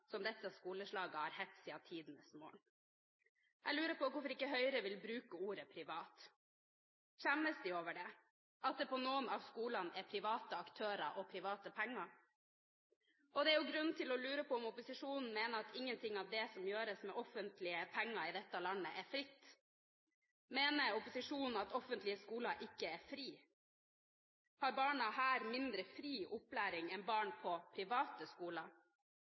som dette skoleslaget har hett siden tidenes morgen. Jeg lurer på hvorfor Høyre ikke vil bruke ordet «privat». Skjemmes de over at det på noen av skolene er private aktører og private penger? Og det er jo grunn til å lure på om opposisjonen mener at ingenting av det som gjøres med offentlige penger i dette landet, er fritt. Mener opposisjonen at offentlige skoler ikke er fri? Har barna her mindre fri opplæring enn barn på private skoler?